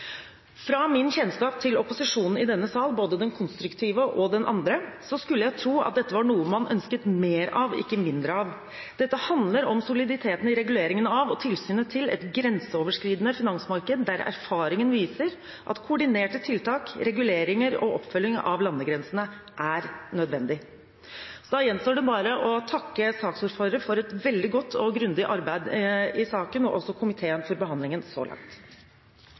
Fra min kjennskap til opposisjonen i denne sal, både den konstruktive og den andre, skulle jeg tro at dette var noe man ønsket mer av, ikke mindre av. Dette handler om soliditeten i reguleringen av og tilsynet md et grenseoverskridende finansmarked, der erfaringen viser at koordinerte tiltak, reguleringer og oppfølging over landegrensene er nødvendig. Da gjenstår det bare å takke saksordfører for et veldig godt og grundig arbeid i saken og også komiteen for behandlingen så langt.